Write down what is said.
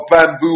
bamboo